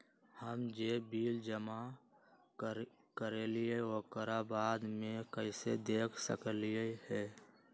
हम जे बिल जमा करईले ओकरा बाद में कैसे देख सकलि ह?